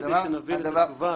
רק כדי שנבין את התשובה,